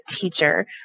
teacher